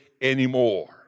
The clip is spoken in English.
anymore